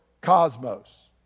cosmos